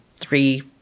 three